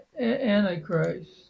Antichrist